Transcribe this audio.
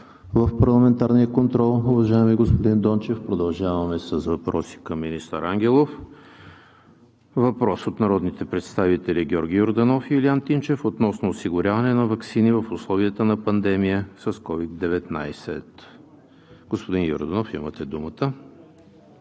в парламентарния контрол, уважаеми господин Дончев. Продължаваме с въпроси към министър Ангелов. Въпрос от народните представители Георги Йорданов и Илиян Тимчев относно осигуряване на ваксини в условията на пандемия с COVID-19. Господин Йорданов, имате думата.